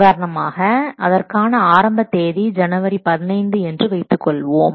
உதாரணமாக அதற்கான ஆரம்ப தேதி ஜனவரி 15 என்று வைத்துக்கொள்வோம்